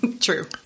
True